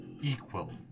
equal